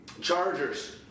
Chargers